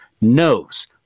knows